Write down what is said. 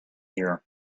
here